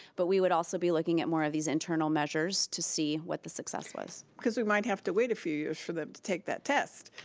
but we would also be looking at more of these internal measures to see what the success was. cuz we might have to wait a few years for them to take that test.